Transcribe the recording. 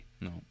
No